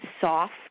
soft